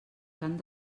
cant